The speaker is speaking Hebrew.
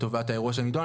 לטובת הנושא הנידון.